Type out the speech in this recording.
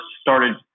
started